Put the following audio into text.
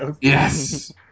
Yes